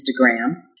Instagram